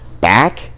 back